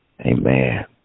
amen